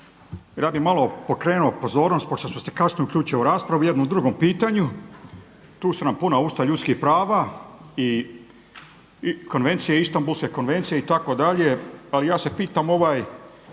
Ja bi malo skrenuo pozornost pošto sam se kasno uključio u raspravu o jednom drugom pitanju. Tu su nam puna usta ljudskih prava i Istambulske konvencije itd. ali ja se pitam dva